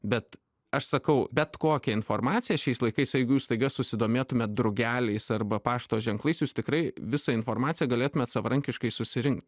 bet aš sakau bet kokia informacija šiais laikais jeigu jūs staiga susidomėtumėt drugeliais arba pašto ženklais jūs tikrai visą informaciją galėtumėt savarankiškai susirinkt